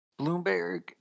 Bloomberg